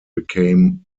became